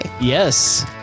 yes